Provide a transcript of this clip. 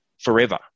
forever